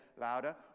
Louder